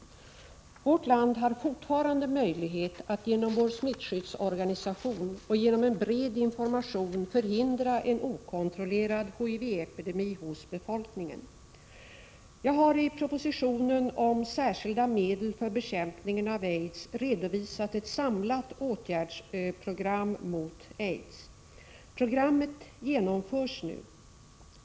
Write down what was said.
Vårt land har fortfarande möjlighet att genom vår smittskyddsorganisation och genom en bred information förhindra en okontrollerad HIV-epidemi hos befolkningen. Jag har i propositionen 1986/87:171 om särskilda medel för bekämpningen av aids redovisat ett samlat åtgärdsprogram mot aids. Programmet genomförs nu.